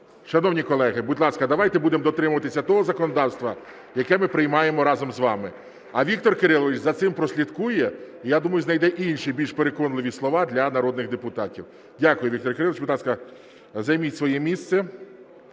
Шановні колеги, будь ласка, давайте будемо дотримуватися того законодавства, яке ми приймаємо разом з вами. А Віктор Кирилович за цим прослідкує, і я думаю, знайде інші, більш переконливі слова для народних депутатів. Дякую, Віктор Кирилович, будь ласка, займіть своє місце.